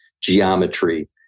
geometry